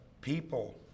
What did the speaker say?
people